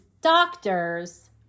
doctors